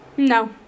No